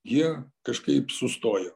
jie kažkaip sustojo